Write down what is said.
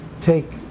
take